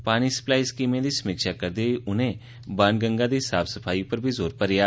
पानी सप्लाई स्कीमें दी समीक्षा करदे होई उनें बाण गंगा दी साफ सफाई उप्पर बी जोर भरेया